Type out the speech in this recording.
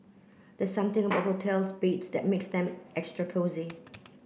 the something about hotels beds that makes them extra cosy